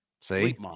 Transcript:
see